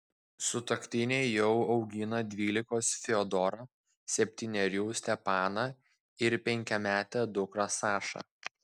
sutuoktiniai jau augina dvylikos fiodorą septynerių stepaną ir penkiametę dukrą sašą